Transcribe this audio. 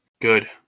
Good